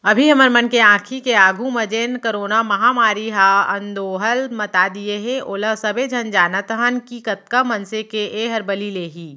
अभी हमर मन के आंखी के आघू म जेन करोना महामारी ह अंदोहल मता दिये हे ओला सबे झन जानत हन कि कतका मनसे के एहर बली लेही